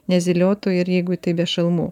nezyliotų ir jeigu tai be šalmų